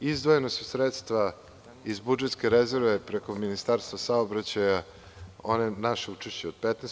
Izdvojena su sredstva iz budžetske rezerve preko Ministarstva saobraćaj, naše učešće od 15%